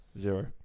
Zero